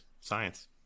Science